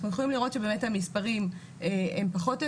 אנחנו יכולים לראות שבאמת המספרים הם פחות או